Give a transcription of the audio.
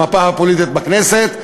המפה הפוליטית בכנסת,